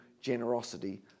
generosity